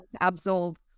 absorb